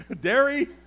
Dairy